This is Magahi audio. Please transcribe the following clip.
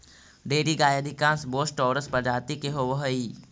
डेयरी गाय अधिकांश बोस टॉरस प्रजाति के होवऽ हइ